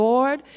Lord